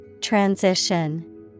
Transition